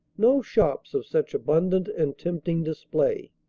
no shops of such abundant and tempting display,